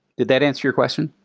did that answer your question?